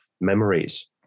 memories